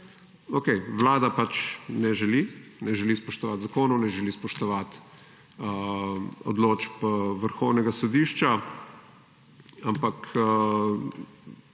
Vlada pač ne želi, ne želi spoštovat zakonov, ne želi spoštovat odločb Vrhovnega sodišča, ampak,